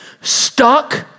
stuck